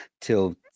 till